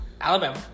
Alabama